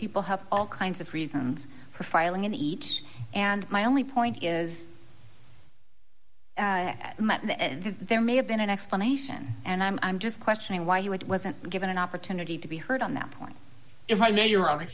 people have all kinds of reasons profiling and eat and my only point is at the end there may have been an explanation and i'm i'm just questioning why it wasn't given an opportunity to be heard on that point if i